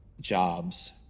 jobs